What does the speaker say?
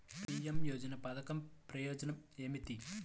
PM యోజన పధకం ప్రయోజనం ఏమితి?